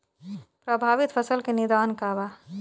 प्रभावित फसल के निदान का बा?